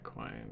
Bitcoin